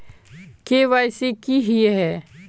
KYC की हिये है?